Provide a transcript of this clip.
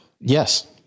Yes